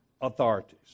authorities